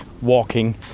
walking